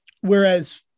whereas